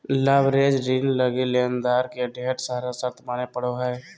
leveraged ऋण लगी लेनदार के ढेर सारा शर्त माने पड़ो हय